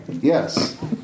Yes